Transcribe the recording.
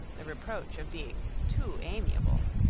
the reproach of being too amiable,